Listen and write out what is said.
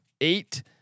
eight